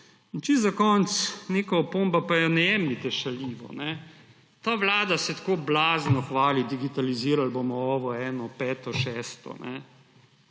In čisto za konec neka opomba, pa je ne jemljite šaljivo. Ta vlada se tako blazno hvali, digitalizirali bomo to, drugo, peto, šesto.